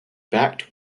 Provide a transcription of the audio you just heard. backed